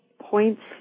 points